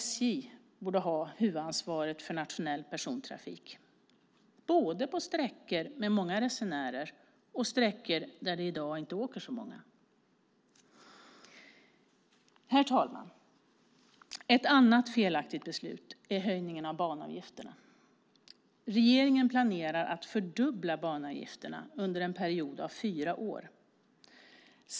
SJ borde ha huvudansvaret för nationell persontrafik både på sträckor med många resenärer och på sträckor där det i dag inte åker så många. Ett annat felaktigt beslut är höjningen av banavgifterna. Regeringen planerar att fördubbla banavgifterna under en period av fyra år.